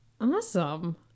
Awesome